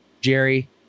Jerry